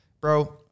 bro